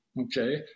okay